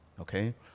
okay